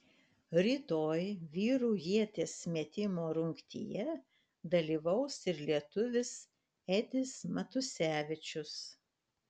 rytoj vyrų ieties metimo rungtyje dalyvaus ir lietuvis edis matusevičius